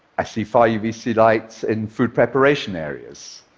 i see far-uvc lights in food preparation areas.